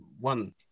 one